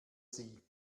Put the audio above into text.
sie